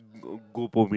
Goh-Bo-Peng